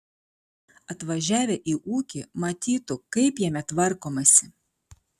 atvažiavę į ūkį matytų kaip jame tvarkomasi